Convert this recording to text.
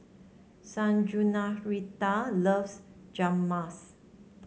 loves Rajmas